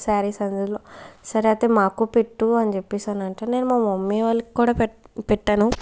సారీస్ అందులో సరే అయితే మాకు పెట్టు అని చెప్పేసి అనంటే నేను మా మమ్మీ వాళ్ళకి కూడా పెట్ పెట్టాను